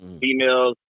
Females